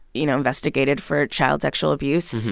you know, investigated for child sexual abuse,